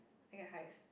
I get hives